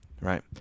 right